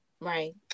right